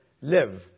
Live